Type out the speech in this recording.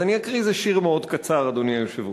אז אקריא, זה שיר מאוד קצר, אדוני היושב-ראש: